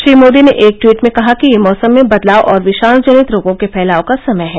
श्री मोदी ने एक ट्वीट में कहा कि यह मौसम में बदलाव और विषाण जनित रोगों के फैलाव का समय है